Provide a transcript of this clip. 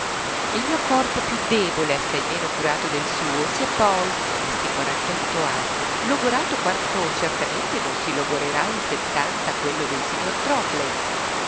il mio corpo più debole e assai meno curato del suo si è poi in questi quarantotto anni logorato quanto certamente non si logorerà in settanta quello del signor trockley